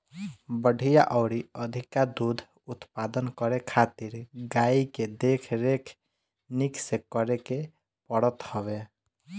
बढ़िया अउरी अधिका दूध उत्पादन करे खातिर गाई के देख रेख निक से करे के पड़त हवे